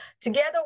together